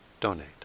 donate